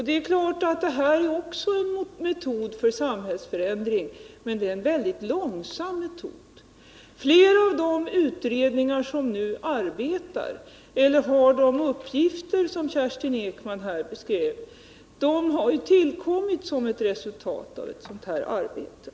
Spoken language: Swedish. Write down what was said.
Det är klart att även detta är en metod för samhällsförändring, men det är en väldigt långsam metod. Flera av de utredningar som nu arbetar eller har de uppgifter som Kerstin Ekman här beskrev har tillkommit såsom ett resultat av ett sådant arbete.